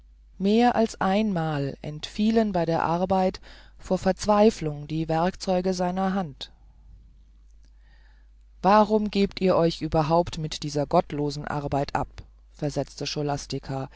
mehr als ein mal entfielen bei der arbeit vor verzweiflung die werkzeuge meiner hand warum gebt ihr euch überhaupt mit dieser gottlosen arbeit ab versetzte